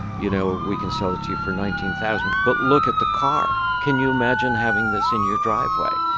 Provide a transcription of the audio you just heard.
you know, we can sell it to you for nineteen thousand dollars. but look at the car. can you imagine having this in your driveway?